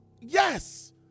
Yes